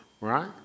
right